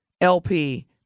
LP